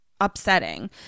upsetting